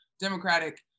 Democratic